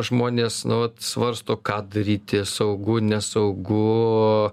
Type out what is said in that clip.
žmonės na vat svarsto ką daryti saugu nesaugu